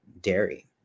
dairy